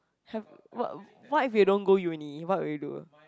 have what what if you don't go uni what will you do